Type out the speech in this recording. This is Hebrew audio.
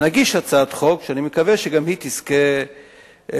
ונגיש הצעת חוק שאני מקווה שגם היא תזכה לתמיכה